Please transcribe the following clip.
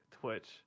twitch